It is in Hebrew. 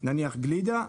נניח גלידה,